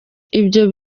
ibyo